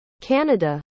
Canada